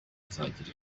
azagira